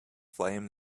flame